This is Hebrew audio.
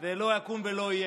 זה לא יקום ולא יהיה.